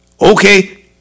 okay